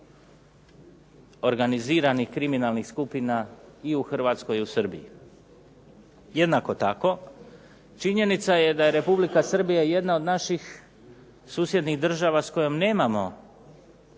organiziranih kriminalnih skupina i u Hrvatskoj i u Srbiji. Jednako tako činjenica je da je Republika Srbija jedna od naših susjednih država s kojom nemamo